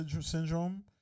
Syndrome